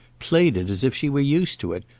played it as if she were used to it,